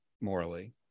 morally